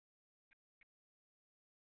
କାଲି ଯାଉ ଯାଉ ନଅଟା ଦଶଟା ହୋଇଯିବ